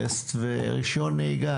טסט ורשיון נהיגה.